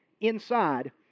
inside